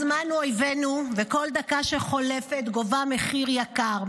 הזמן הוא אויבנו וכל דקה שחולפת גובה מחיר יקר,